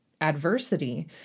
adversity